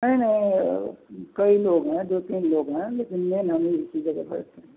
नहीं नहीं कई लोग हैं दो तीन लोग हैं लेकिन मेन हम इसी जगह बैठते हैं